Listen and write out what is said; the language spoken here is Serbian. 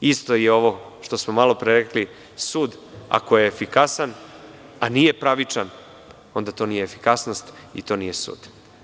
Isto je i ovo što smo malopre rekli – sud ako je efikasan a nije pravičan onda to nije efikasnosti i tonije sud.